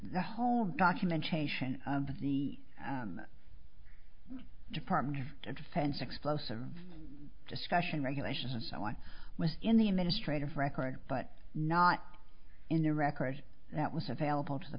the whole documentation of the department of defense explosive discussion regulations and so on was in the administrators record but not in the record that was available to the